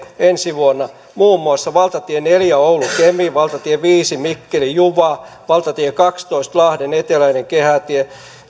ensi vuonna muun muassa valtatie neljä oulu kemi valtatie viisi mikkeli juva valtatie kahdentoista lahden eteläinen kehätie